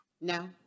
No